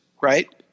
right